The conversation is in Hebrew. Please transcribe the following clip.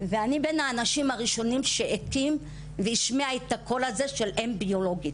ואני בין האנשים הראשונים שהקים והשמיע את הקול הזה של אם ביולוגית.